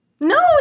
No